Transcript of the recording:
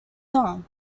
song